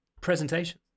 presentation